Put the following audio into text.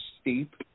steep